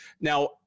Now